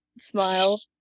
smile